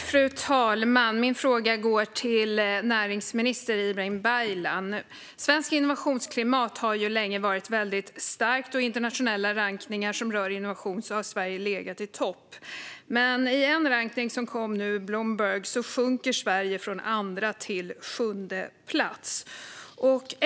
Fru talman! Min fråga går till näringsminister Ibrahim Baylan. Svenskt innovationsklimat har länge varit väldigt starkt. I internationella rankningar som rör innovation har Sverige legat i topp. Men i en rankning som nyligen kom - Bloomberg - sjunker Sverige från andra till sjunde plats.